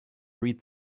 read